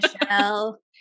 Michelle